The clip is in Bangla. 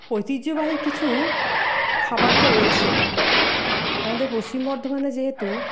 ঐতিহ্যবাহী কিছু খাবার তো রয়েছেই আমাদের পশ্চিম বর্ধমানে যেহেতু